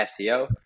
SEO